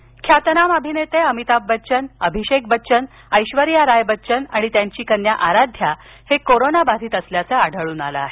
बच्चन ख्यातनाम अभिनेते अमिताभ बच्चन अभिषेक बच्चन ऐश्वर्या राय बच्चन आणि त्यांची कन्या आराध्या हे कोरोना बाधित असल्याचं आढळून आलं आहे